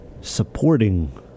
supporting